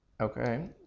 Okay